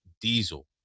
Diesel